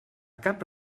cap